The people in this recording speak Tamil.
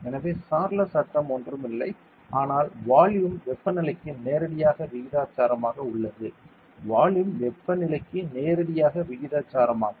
எனவே சார்லஸ் சட்டம் ஒன்றும் இல்லை ஆனால் வால்யூம் வெப்பநிலைக்கு நேரடியாக விகிதாசாரமாக உள்ளது வால்யூம் வெப்பநிலைக்கு நேரடியாக விகிதாசாரமாகும்